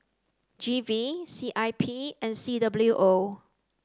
G V C I P and C W O